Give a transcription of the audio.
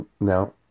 Now